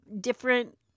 different